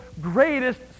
greatest